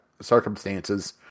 circumstances